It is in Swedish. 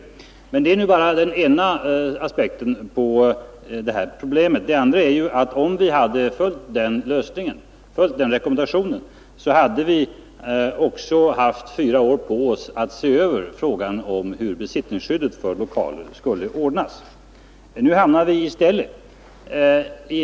Detta är emellertid bara den ena aspekten på problemet. Den andra är att om vi hade följt den rekommendationen, hade vi haft fyra år på oss att se över frågan om hur besittningsskyddet för lokaler skulle ordnas.